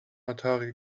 atari